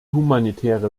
humanitäre